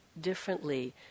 differently